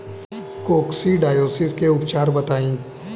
Coccidiosis के उपचार बताई?